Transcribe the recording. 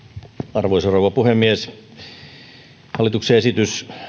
arvoisa rouva puhemies tämä on hallituksen esitys